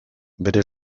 bere